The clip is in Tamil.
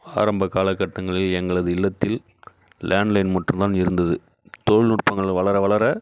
ஆரம்பக் காலக்கட்டங்களில் எங்களது இல்லத்தில் லேண்ட் லைன் மற்றும் தான் இருந்தது தொழில்நுட்பங்கள் வளர வளர